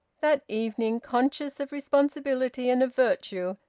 that evening, conscious of responsibility and of virtue,